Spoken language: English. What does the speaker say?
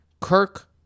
Kirk